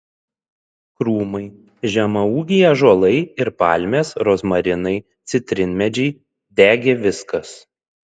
krūmai žemaūgiai ąžuolai ir palmės rozmarinai citrinmedžiai degė viskas